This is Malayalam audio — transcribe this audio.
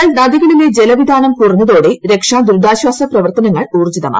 എന്നാൽ നദികളിലെ ജലവിതാനം കുറഞ്ഞതോടെ രക്ഷാ ദുരിതാശ്വാസ പ്രവർത്തനങ്ങൾ ഊർജ്ജിതമായി